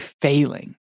failing